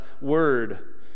word